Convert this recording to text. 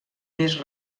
més